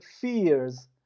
fears